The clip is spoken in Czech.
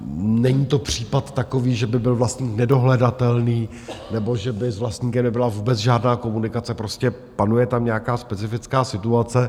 Není to případ takový, že by byl vlastník nedohledatelný nebo že by s vlastníkem nebyla vůbec žádná komunikace, prostě panuje tam nějaká specifická situace.